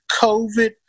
COVID